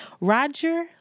Roger